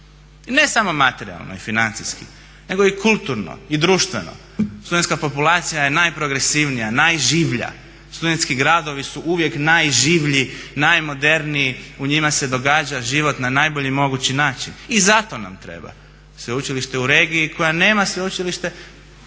ne samo materijalno i financijski nego i kulturno i društveno. Studentska populacija je najprogresivnija, najživlja, studentski gradovi su uvijek najživlji, najmoderniji u njima se događa život na najbolji mogući način i zato nam treba sveučilište u regiji koje nema sveučilište.